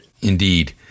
Indeed